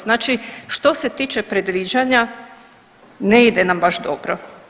Znači što se tiče predviđanja ne ide nam baš dobro.